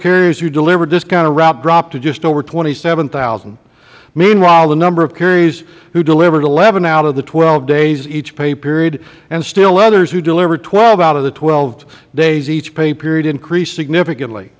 carriers who delivered this kind of route dropped to just over twenty seven thousand meanwhile the number of carriers who delivered eleven out of the twelve days each pay period and still others who delivered twelve out of the twelve days each pay period increased significantly